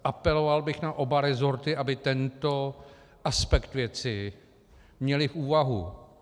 Apeloval bych na oba rezorty, aby tento aspekt věci měly v úvahu.